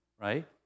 right